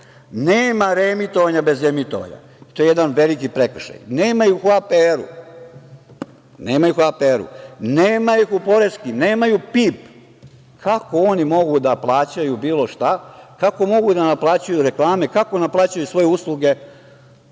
reemitovanja bez emitovanja. To je jedan veliki prekršaj. Nema ih u APR. Nema ih u poreskim. Nemaju PIB. Kako oni mogu da plaćaju bilo šta? Kako mogu da naplaćuju reklame? Kako naplaćuju svoje usluge